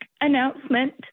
announcement